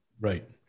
Right